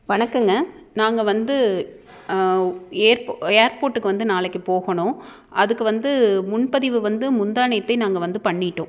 வணக்கங்க நாங்கள் வந்து ஏர்போ ஏர்போர்ட்டுக்கு வந்து நாளைக்கு போகணும் அதுக்கு வந்து முன்பதிவு வந்து முந்தாநேத்து நாங்கள் வந்து பண்ணிட்டோம்